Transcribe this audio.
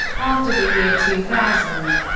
after the year two thousand,